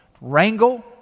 wrangle